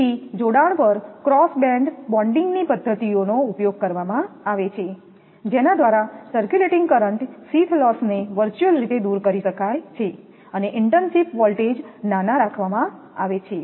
તેથી જોડાણ પર પર ક્રોસ બેન્ડ બોન્ડિંગની પદ્ધતિઓનો ઉપયોગ કરવામાં આવે છે જેના દ્વારા સર્ક્યુલેટિંગ કરંટ શીથ લોસ ને વર્ચ્યુઅલ રીતે દૂર કરી શકાય છે અને ઇન્ટર્નશીપ વોલ્ટેજ નાના રાખવામાં આવે છે